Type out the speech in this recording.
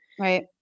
Right